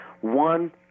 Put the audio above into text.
one